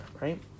right